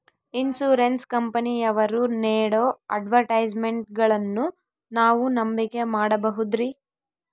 Insurance ಕಂಪನಿಯವರು ನೇಡೋ ಅಡ್ವರ್ಟೈಸ್ಮೆಂಟ್ಗಳನ್ನು ನಾವು ನಂಬಿಕೆ ಮಾಡಬಹುದ್ರಿ?